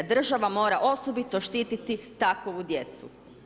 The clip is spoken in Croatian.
Država mora osobito štititi takovu djecu.